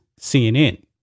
CNN